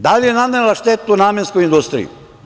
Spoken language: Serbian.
Da li je nanela štetu „Namenskoj industriji“